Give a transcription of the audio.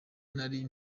nari